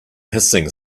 hissing